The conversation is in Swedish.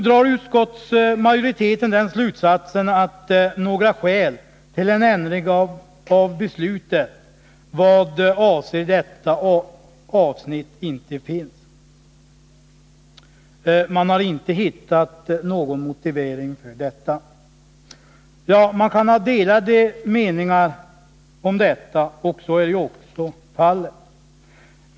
Och utskottsmajoriteten drar den slutsatsen att några skäl till en ändring av beslutet vad avser detta avsnitt inte finns. Man har inte hittat någon motivering härför. Ja, man kan ha delade meningar om detta, och det har man ju också.